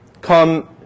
come